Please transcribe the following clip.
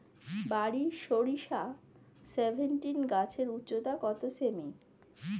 বারি সরিষা সেভেনটিন গাছের উচ্চতা কত সেমি?